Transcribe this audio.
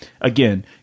Again